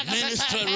Minister